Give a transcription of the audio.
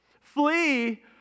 Flee